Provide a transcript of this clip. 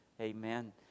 amen